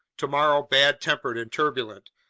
tomorrow bad-tempered and turbulent,